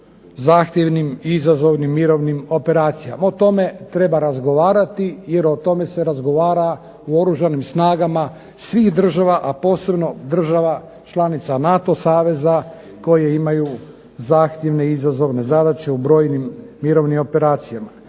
zahtjevnim i izazovnim mirovnim operacijama. O tome treba razgovarati jer o tome se razgovara u Oružanim snagama svih država, a posebno država članica NATO saveza koje imaju zahtjevne i izazovne zadaće u brojnim mirovnim operacijama.